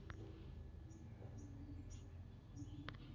ನಿಮ್ಮ ಕಡೆ ಸಾಸ್ವಿ ಬೆಳಿತಿರೆನ್ರಿ?